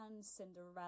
Cinderella